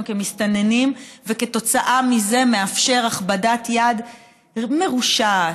כמסתננים וכתוצאה מזה מאפשר הכבדת יד מרושעת,